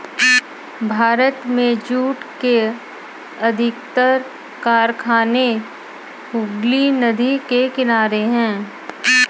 भारत में जूट के अधिकतर कारखाने हुगली नदी के किनारे हैं